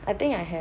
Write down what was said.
I think I have